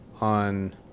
on